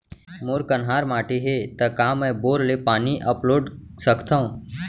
मोर कन्हार माटी हे, त का मैं बोर ले पानी अपलोड सकथव?